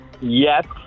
Yes